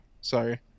Sorry